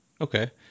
Okay